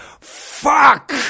Fuck